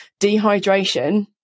Dehydration